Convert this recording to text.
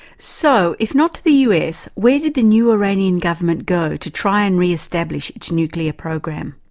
so, if not to the us, where did the new iranian government go to try and re-establish its nuclear program?